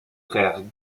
frères